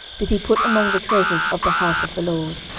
did he put among the treasures of the house of the lord.